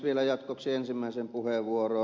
vielä jatkoksi ensimmäiseen puheenvuoroon